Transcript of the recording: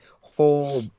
whole